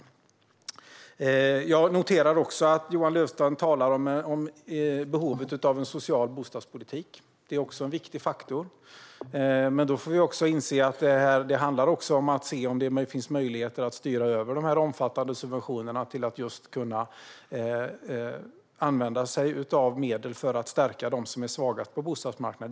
Jag noterar också att Johan Löfstrand talar om behovet av en social bostadspolitik, vilket är en viktig faktor. Vi måste dock inse att det handlar om att se om det finns möjligheter att styra över de här omfattande subventionerna och kunna använda sig av medlen för att stärka dem som är svagast på bostadsmarknaden.